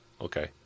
Okay